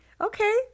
Okay